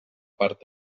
part